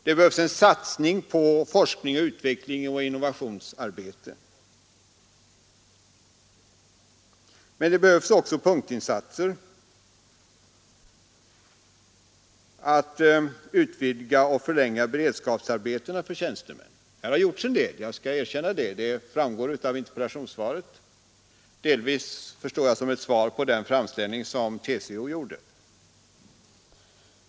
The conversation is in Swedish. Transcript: Det behövs en satsning på forskning, utveckling och innovationsarbete, men det behövs också punktinsatser, såsom att utvidga och förlänga beredskapsarbetena för tjänstemännen. Det har gjorts en del — jag skall erkänna det — och det framgår också av interpellationssvaret, delvis, förmodar jag, såsom svar på den framställning som TCO gjorde.